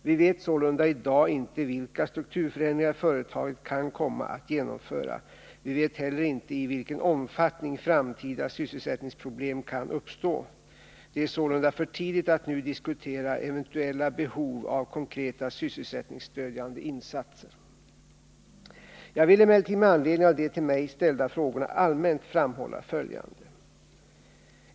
Vi vet sålunda i dag inte vilka strukturförändringar företaget kan komma att genomföra. Vi vet heller inte i vilken omfattning framtida sysselsättningsproblem kan uppstå. Det är sålunda för tidigt att nu diskutera eventuella behov av konkreta sysselsättningsstödjande insatser. Jag vill emellertid med anledning av de till mig ställda frågorna allmänt framhålla följande.